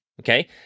Okay